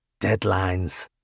Deadlines